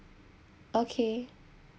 okay